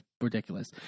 ridiculous